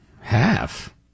Half